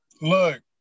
Look